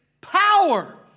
power